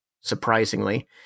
surprisingly